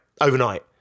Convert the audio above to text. Overnight